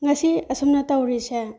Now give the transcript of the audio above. ꯉꯁꯤ ꯑꯁꯨꯝꯅ ꯇꯧꯔꯤꯁꯦ